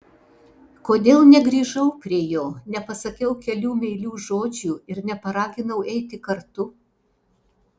kodėl negrįžau prie jo nepasakiau kelių meilių žodžių ir neparaginau eiti kartu